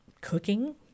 cooking